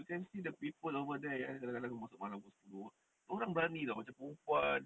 you can see the people over there ya kadang-kadang aku masuk malam pukul sepuluh orang berani [tau] macam perempuan